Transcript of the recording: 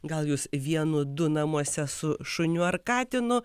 gal jūs vienu du namuose su šuniu ar katinu